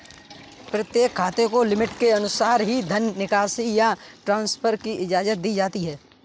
प्रत्येक खाते को लिमिट के अनुसार ही धन निकासी या ट्रांसफर की इजाजत दी जाती है